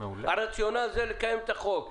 הרציונל זה לקיים את החוק.